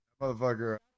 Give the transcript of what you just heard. motherfucker